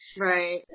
Right